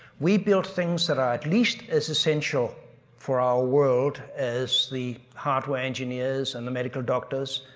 we build things that are at least as essential for our world as the hardware engineers and the medical doctors.